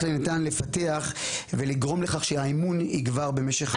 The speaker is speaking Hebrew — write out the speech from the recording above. אפשר לפתח ולגרום לכך שהאמון יגבר במשך הזמן.